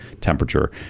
temperature